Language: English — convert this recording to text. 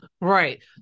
right